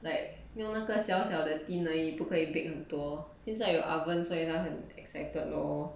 like 用那个小小的 tin 而已不可以 bake 很多现在有 oven 所以他很 excited lor